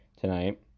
Tonight